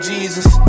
Jesus